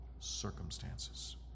circumstances